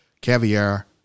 caviar